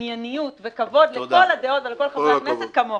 ענייניות וכבוד לכל הדעות ולכל חברי הכנסת כמוך.